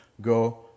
go